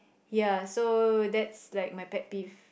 ya so that's like my pet peeve